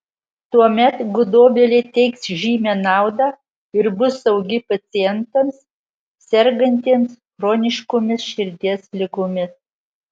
tuomet gudobelė teiks žymią naudą ir bus saugi pacientams sergantiems chroniškomis širdies ligomis